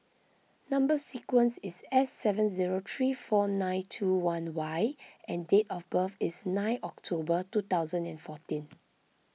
Number Sequence is S seven zero three four nine two one Y and date of birth is nine October two thousand and fourteen